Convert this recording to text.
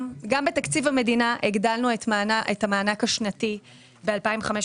גם בתקציב המדינה הגדלנו את המענק השנתי ב-2,500